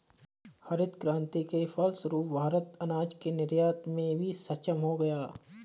हरित क्रांति के फलस्वरूप भारत अनाज के निर्यात में भी सक्षम हो गया